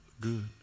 good